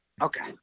Okay